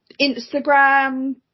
instagram